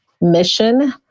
mission